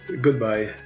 goodbye